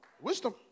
wisdom